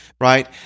right